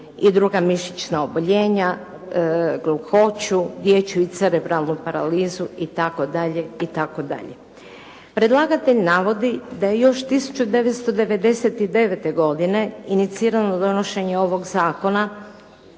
i druga mišićna oboljenja, gluhoću, dječju i cerebralnu paralizu itd., itd. Predlagatelj navodi da je još 1999. godine iniciralo donošenje ovog zakona,